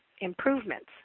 improvements